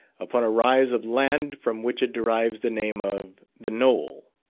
upon a rise of land from which it derives the name of the knoll.